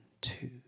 two